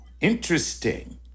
interesting